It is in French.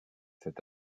cet